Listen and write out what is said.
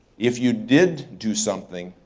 if you did do something,